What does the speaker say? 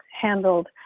handled